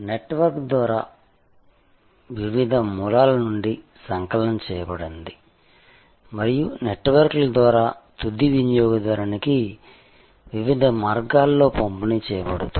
network ద్వారా వివిధ మూలాల నుండి సంకలనం చేయబడింది మరియు నెట్వర్క్ల ద్వారా తుది వినియోగదారునికి వివిధ మార్గాల్లో పంపిణీ చేయబడుతుంది